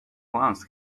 once